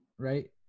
right